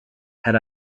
had